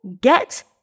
get